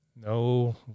No